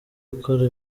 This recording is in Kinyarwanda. ukora